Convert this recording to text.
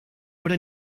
would